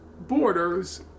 borders